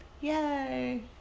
Yay